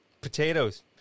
Potatoes